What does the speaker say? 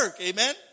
Amen